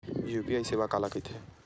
UPI सेवा काला कइथे?